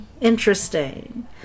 interesting